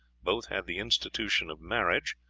both had the institution of marriage,